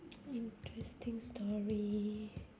interesting story